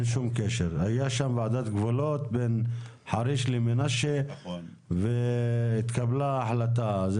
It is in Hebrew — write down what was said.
הייתה שם ועדת גבולות בין חריש למנשה והתקבלה החלטה.